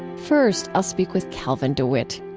first, i'll speak with calvin dewitt.